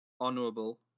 honourable